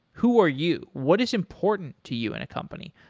who are you? what is important to you in a company?